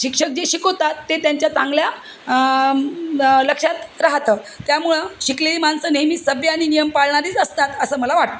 शिक्षक जे शिकवतात ते त्यांच्या चांगल्या लक्षात राहतं त्यामुळं शिकलेली माणसं नेहमी सभ्य आणि नियम पाळणारेच असतात असं मला वाटतं